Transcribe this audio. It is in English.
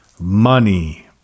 money